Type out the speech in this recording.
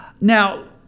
Now